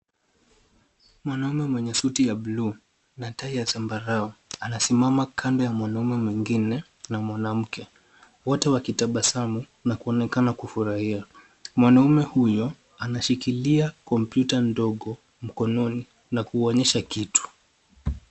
Mwanaume mwenye suti ya buluu na tai ya zambarau, anasimama kando ya mwanaume mwingine na mwanamke. Wote wakitabasamu na kuonekana kufurahia. Mwanaume huyo anashikilia kompyuta ndogo mkononi na kuwaonyesha kitu.